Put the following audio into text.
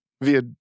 via